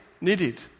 needed